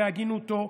בהגינותו,